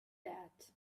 that